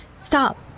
Stop